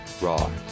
raw